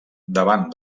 davant